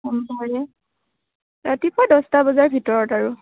সোমবাৰে ৰাতিপুৱা দহটা বজাৰ ভিতৰত আৰু